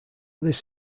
this